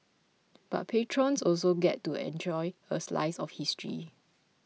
but patrons also get to enjoy a slice of history